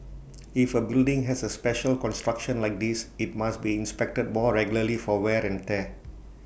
if A building has A special construction like this IT must be inspected more regularly for wear and tear